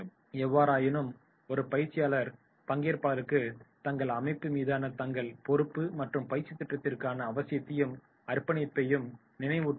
எவ்வாறாயினும் ஒரு பயிற்சியாளர் பங்கேற்பாளர்களுக்கு தங்கள் அமைப்பு மீதான தங்கள் பொறுப்பு மற்றும் பயிற்சி திட்டத்திற்கான அவசியத்தையும் அர்ப்பணிப்பையையும் நினைவூட்ட வேண்டும்